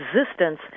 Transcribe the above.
existence